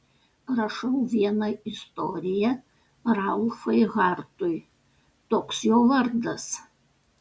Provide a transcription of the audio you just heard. rašau vieną istoriją ralfai hartui toks jo vardas